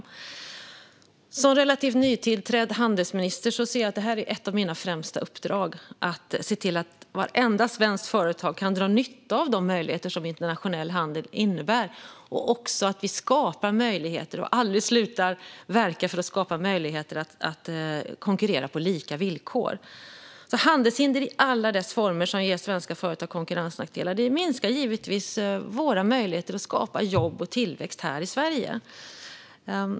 Svar på interpellationer Som relativt nytillträdd handelsminister ser jag att det är ett av mina främsta uppdrag att se till att vartenda svenskt företag kan dra nytta av de möjligheter som internationell handel innebär och att vi aldrig slutar att verka för att skapa möjligheter att konkurrera på lika villkor. Handelshinder i alla dess former, som ger svenska företag konkurrensnackdelar, minskar givetvis våra möjligheter att skapa jobb och tillväxt här i Sverige.